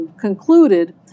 concluded